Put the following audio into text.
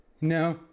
No